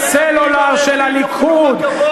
ורפורמת הסלולר של הליכוד,